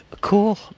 Cool